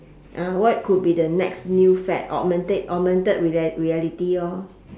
what could be the next new fad augmented augmented real~ reality lor